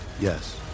Yes